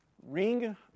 Ring